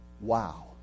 Wow